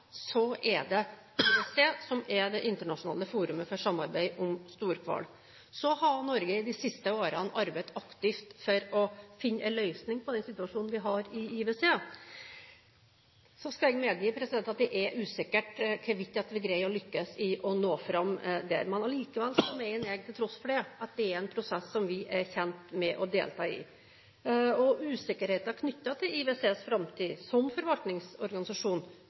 er IWC som er det internasjonale forumet for samarbeid om storhval. Norge har de siste årene arbeidet aktivt for å finne en løsning på den situasjonen vi har i IWC. Jeg skal medgi at det er usikkert hvorvidt vi lykkes med å nå fram der, men jeg mener likevel – til tross for det – at dette er en prosess som vi er tjent med å delta i. Usikkerheten knyttet til IWCs framtid som forvaltningsorganisasjon